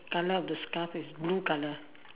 colour of the scarf is blue colour